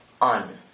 on